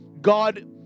God